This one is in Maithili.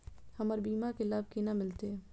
हमर बीमा के लाभ केना मिलते?